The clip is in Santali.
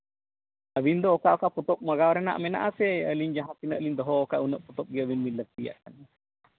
ᱟᱹᱵᱤᱱ ᱫᱚ ᱚᱠᱟ ᱚᱠᱟ ᱯᱚᱛᱚᱵ ᱢᱟᱜᱟᱣ ᱨᱮᱱᱟᱜ ᱢᱮᱱᱟᱜᱼᱟ ᱥᱮ ᱤᱧ ᱡᱟᱦᱟᱸ ᱛᱤᱱᱟᱹᱜ ᱤᱧ ᱫᱚᱦᱚᱣᱟᱠᱟᱜᱼᱟ ᱩᱱᱟᱹᱜ ᱯᱚᱛᱚᱵ ᱜᱮ ᱟᱹᱵᱤᱱ ᱵᱤᱱ ᱞᱟᱹᱠᱛᱤᱭᱟᱜ ᱠᱟᱱᱟ